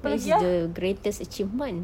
this is the greatest achievement